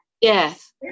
Yes